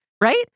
right